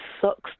sucks